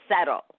settle